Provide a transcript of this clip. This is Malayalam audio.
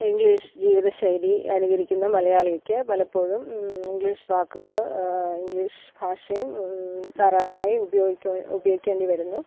ഇംഗ്ലീഷ് ജീവിതശൈലി അനുകരിക്കുന്ന മലയാളിക്ക് പലപ്പോഴും ഇംഗ്ലീഷ് വാക്കുകൾ ഇംഗ്ലീഷ് ഭാഷയും ധാരാളമായി ഉപയോഗിക് ഉപയോഗിക്കേണ്ടിവരുന്നു